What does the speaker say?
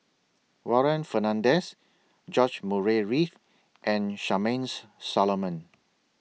Warren Fernandez George Murray Reith and Charmaine's Solomon